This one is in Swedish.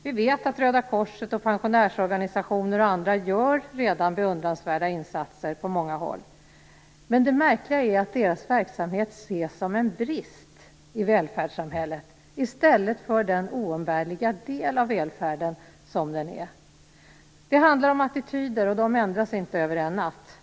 Vi vet att Röda korset, pensionärsorganisationer och andra redan gör beundransvärda insatser på många håll, men det märkliga är att deras verksamhet ses som en brist i välfärdssamhället i stället för som den oumbärliga del av välfärden den är. Det handlar om attityder, och de ändras inte över en natt.